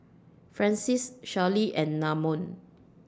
Francies Shelli and Namon